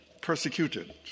persecuted